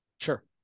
Sure